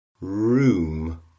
room